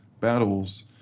battles